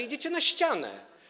Idziecie na ścianę.